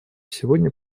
сегодня